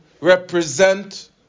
represent